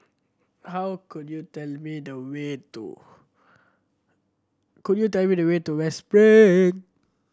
how could you tell me the way to could you tell me the way to West